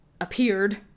appeared